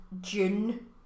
June